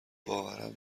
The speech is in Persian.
باورم